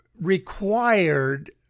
required